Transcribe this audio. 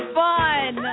fun